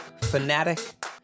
fanatic